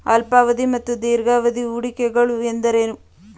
ಅಲ್ಪಾವಧಿ ಮತ್ತು ದೀರ್ಘಾವಧಿ ಹೂಡಿಕೆಗಳು ಎಂದರೇನು?